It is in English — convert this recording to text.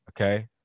Okay